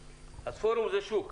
פורום זה שוק,